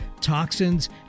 toxins